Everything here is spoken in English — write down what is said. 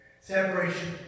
Separation